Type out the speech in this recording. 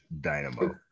dynamo